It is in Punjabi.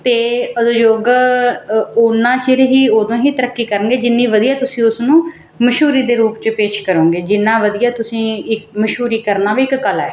ਅਤੇ ਉਦਯੋਗ ਉਨਾਂ ਚਿਰ ਹੀ ਉਦੋਂ ਹੀ ਤਰੱਕੀ ਕਰਨਗੇ ਜਿੰਨੀ ਵਧੀਆ ਤੁਸੀਂ ਉਸਨੂੰ ਮਸ਼ਹੂਰੀ ਦੇ ਰੂਪ 'ਚ ਪੇਸ਼ ਕਰੋਗੇ ਜਿੰਨਾ ਵਧੀਆ ਤੁਸੀਂ ਇੱਕ ਮਸ਼ਹੂਰੀ ਕਰਨਾ ਵੀ ਇੱਕ ਕਲਾ